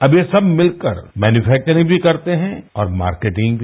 अब ये सब मिलकर मैनुफैक्वरिंग भी करते हैं और मार्केटिंग भी